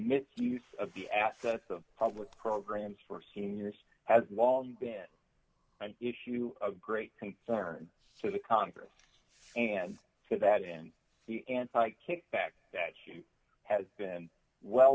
misuse of the assets of public programs for seniors has long been an issue of great concern to the congress and for that in the anti kickback that he has been well